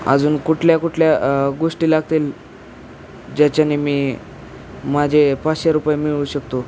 अजून कुठल्या कुठल्या गोष्टी लागतील ज्याच्याने मी माझे पाचशे रुपये मिळवू शकतो